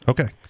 Okay